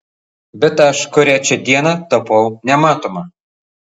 bet aš kurią čia dieną tapau nematoma